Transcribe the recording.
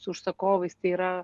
su užsakovais tai yra